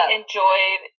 enjoyed